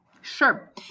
Sure